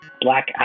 Black